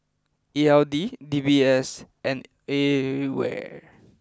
E L D D B S and A ware